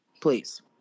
please